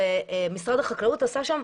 ומשרד החקלאות עשה שם.